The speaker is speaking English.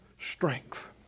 strength